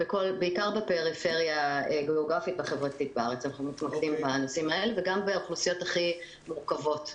בעיקר בפריפריה הגאוגרפית והחברתית בארץ וגם באוכלוסיות הכי מורכבות,